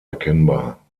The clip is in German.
erkennbar